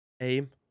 AIM